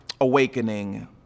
awakening